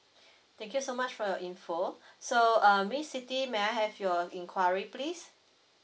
thank you so much for your info so um basically may I have your inquiry please